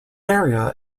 area